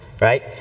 right